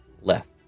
left